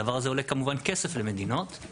הדבר הזה עולה כמובן כסף למדינות,